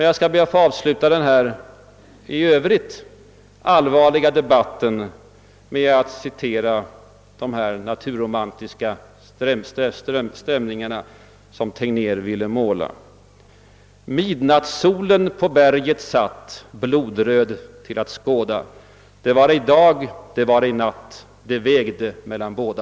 Jag ber att få avsluta denna i övrigt allvarliga debatt med att återge de naturromantiska stämningar som Tegnér ville uttrycka: »Midnattssolen på berget satt, blodröd till att skåda, det var ej dag, det var ej natt, det vägde mellan båda.»